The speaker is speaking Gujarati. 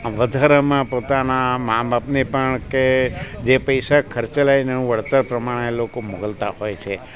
વધારામાં પોતાના માં બાપને પણ કે જે પૈસા ખર્ચેલા હોય એનું વળતર પ્રમાણે એ લોકો મોકલતા હોય છે